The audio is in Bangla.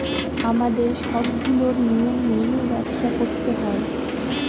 আমাদের সবগুলো নিয়ম মেনে ব্যবসা করতে হয়